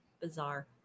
bizarre